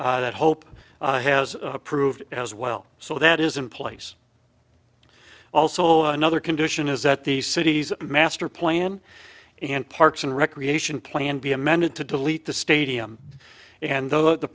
it that hope has approved as well so that is in place also another condition is that the city's master plan and parks and recreation plan be amended to delete the stadium and though the